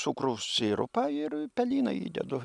cukraus sirupą ir pelyną įdedu